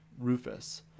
Rufus